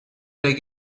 take